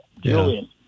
Julian